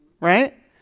right